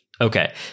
Okay